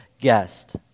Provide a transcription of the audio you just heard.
guest